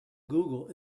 google